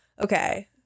Okay